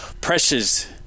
precious